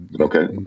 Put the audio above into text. Okay